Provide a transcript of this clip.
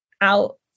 out